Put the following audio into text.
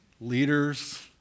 leaders